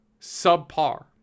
subpar